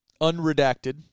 unredacted